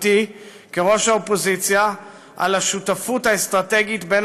אתי כראש האופוזיציה על השותפות האסטרטגית בין